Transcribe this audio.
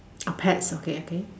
orh pets okay okay